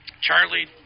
Charlie